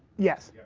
yes.